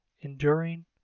Enduring